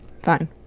fine